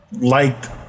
liked